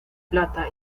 plata